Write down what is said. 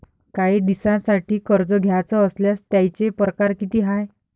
कायी दिसांसाठी कर्ज घ्याचं असल्यास त्यायचे परकार किती हाय?